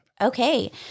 Okay